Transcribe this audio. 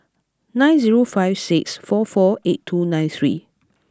nine zero five six four four eight two nine three